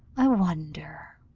i wonder,